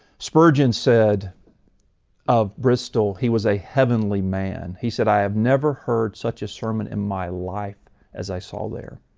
spurgeon said of but mueller, he was a heavenly man he said i have never heard such a sermon in my life as i saw there.